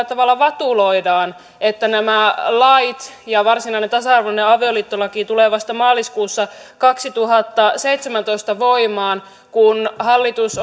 tavalla vatuloidaan että nämä lait ja varsinainen tasa arvoinen avioliittolaki tulee vasta maaliskuussa kaksituhattaseitsemäntoista voimaan kun hallitus